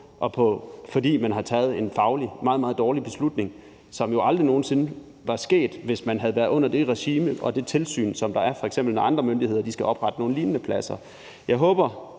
og fordi man har taget en fagligt meget, meget dårlig beslutning, som jo aldrig nogen sinde var blevet taget, hvis man havde været under det regime og det tilsyn, som der er, når f.eks. andre myndigheder skal oprette nogle lignende pladser.